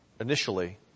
initially